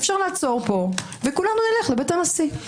אפשר לעצור פה וכולנו נלך לבית הנשיא.